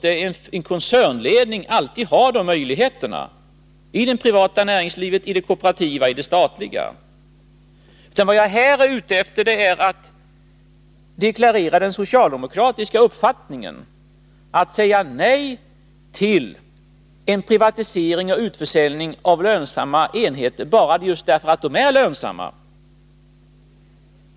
En koncernledning måste alltid ha de möjligheterna — det gäller i det privata näringslivet, i det kooperativa och i det statliga. Vad jag här är ute efter är att deklarera den socialdemokratiska uppfattningen, att säga nej till en privatisering och utförsäljning av just lönsamma enheter.